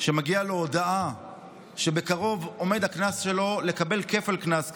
שמגיעה אליו הודעה שבקרוב הוא עומד לקבל כפל קנס,